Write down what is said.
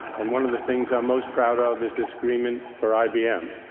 and one of the things i'm most proud of is this agreement for ibm.